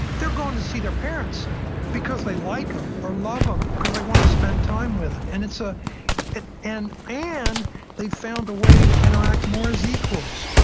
they're going to see their parents because they like them or love them, because they want to spend time with them. and ah and and and they found a way to interact more as equals.